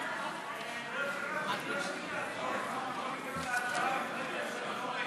לשתי תקופות כהונה רצופות)